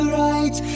right